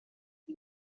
her